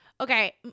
Okay